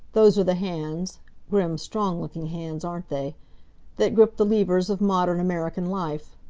those are the hands grim, strong-looking hands, aren't they that grip the levers of modern american life.